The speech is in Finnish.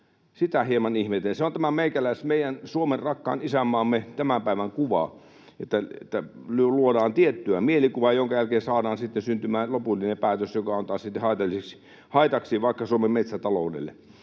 Sitä hieman ihmettelen. Se on tämä meidän Suomen, rakkaan isänmaamme, tämän päivän kuva, että luodaan tiettyä mielikuvaa, jonka jälkeen saadaan syntymään lopullinen päätös, joka on taas sitten haitaksi vaikka Suomen metsätaloudelle.